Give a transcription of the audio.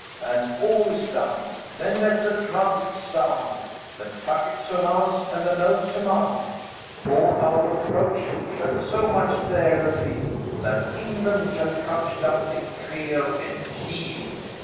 and all is done then let the trumpets sound the tucket sonuance, and the note to mount for our approach shall so much dare the field, that england shall couch downe in feare, and yeeld.